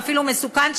ואפילו מסוכן,